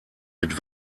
mit